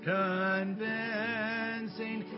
convincing